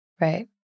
Right